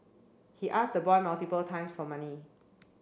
he asked the boy multiple times for money